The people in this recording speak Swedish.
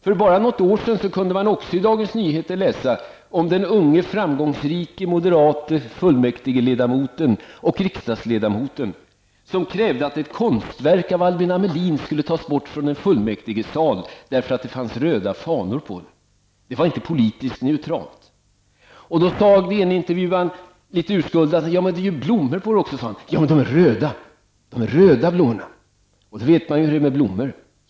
För något år sedan kunde man, också i Dagens Nyheter, läsa om den unge framgångsrike fullmäktigeledamoten och riksdagsledamoten som krävde att ett konstverk av Albin Amelin skulle avlägsnas från fullmäktigesalen för att konstnären målat röda fanor på det. Det var inte politiskt neutralt. Även när DN-intervjuaren litet urskuldande sade att det ju också fanns blommor på bilden fick han till svar att blommorna ju var röda. Man vet ju hur det är med blommor.